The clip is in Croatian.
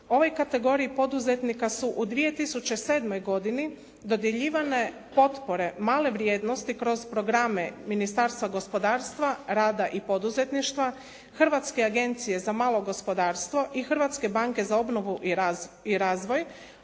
ovoj kategoriji poduzetnika su u 2007. godini dodjeljivane potpore male vrijednosti kroz programe Ministarstva gospodarstva, rada i poduzetništva, Hrvatske agencije za malo gospodarstvo i Hrvatske banke za obnovu i razvoj